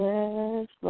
Yes